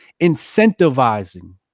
incentivizing